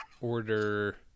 order